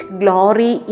glory